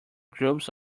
groups